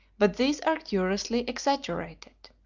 but these are curiously exaggerated.